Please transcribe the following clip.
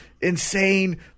insane